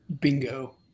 Bingo